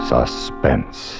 Suspense